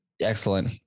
Excellent